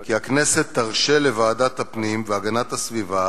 כי הכנסת תרשה לוועדת הפנים והגנת הסביבה